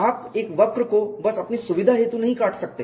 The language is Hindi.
आप एक वक्र को बस अपनी सुविधा हेतु नहीं काट सकते